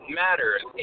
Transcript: matters